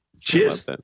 Cheers